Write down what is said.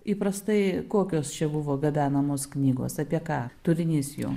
įprastai kokios čia buvo gabenamos knygos apie ką turinys jų